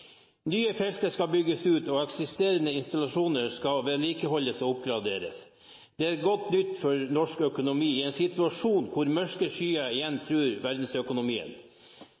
Nye felt skal bygges ut, og eksisterende installasjoner skal vedlikeholdes og oppgraderes. Det er godt nytt for norsk økonomi i en situasjon hvor mørke skyer igjen truer verdensøkonomien.